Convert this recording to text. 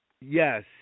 Yes